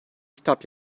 kitap